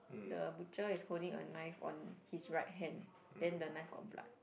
the butcher is holding a knife on his right hand then the knife got blood